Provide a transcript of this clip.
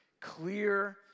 clear